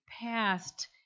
past